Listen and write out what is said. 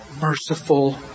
merciful